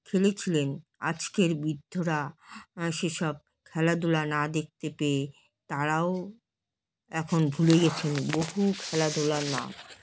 খেলেছিলেন আজকের বৃদ্ধরা সেসব খেলাধুলা না দেখতে পেয়ে তারাও এখন ভুলে গিয়েছেন বহু খেলাধুলার নাম